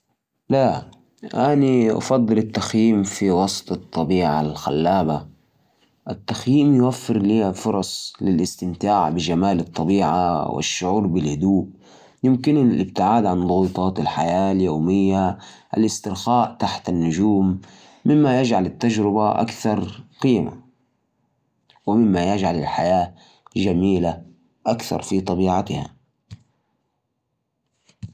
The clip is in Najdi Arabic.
والله، أنا أفضل قضاء ليلة في فندق فخم لأنك تحس بالراحة والرفاهية الخدمات ممتازة، وكمان عندي خيارات أكل لذيذه وكمان إذا حبيت تريح نفسك، فيه سبا ومرافق ترفيهية .التخييم حلو، بس فيه تعب مع الشغلات اللي تحتاجها من المعدات وكمان الحشرات والمخاطر